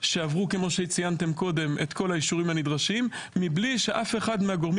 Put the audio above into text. שעברו את כל האישורים הנדרשים מבלי שאף אחד מהגורמים